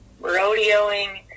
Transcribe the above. Rodeoing